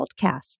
podcast